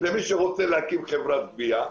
למי שרוצה להקים חברת גבייה.